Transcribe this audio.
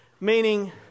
meaning